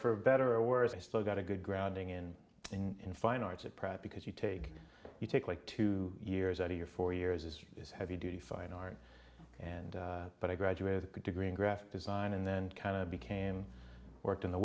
for better or worse i still got a good grounding in in fine arts at pratt because you take you take like two years out here four years is as heavy duty fine art and but i graduated a degree in graphic design and then kind of became worked on the